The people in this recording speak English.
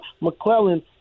McClellan